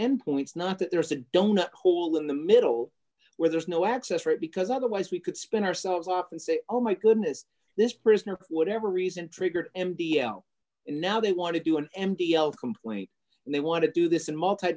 endpoints not that there's a donut hole in the middle where there's no access right because otherwise we could spend ourselves off and say oh my goodness this prisoner for whatever reason triggered m t l and now they want to do an m t l complaint and they want to do this and multi